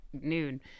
noon